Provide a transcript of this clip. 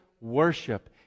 worship